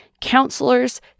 counselors